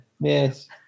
Yes